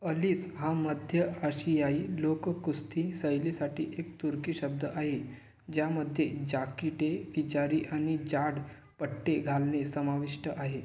Ellyse हा मध्य आशियाई लोककुस्ती शैलीसाठी एक तुर्की शब्द आहे ज्यामध्ये जाकिटे विजारी आणि जाड पट्टे घालणे समाविष्ट आहे